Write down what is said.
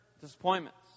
disappointments